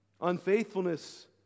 Unfaithfulness